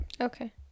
Okay